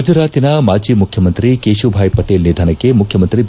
ಗುಜರಾತಿನ ಮಾಜಿ ಮುಖ್ಯಮಂತ್ರಿ ಕೇಶುಭಾಯಿ ಪಟೇಲ್ ನಿಧನಕ್ಕೆ ಮುಖ್ಯಮಂತ್ರಿ ಬಿ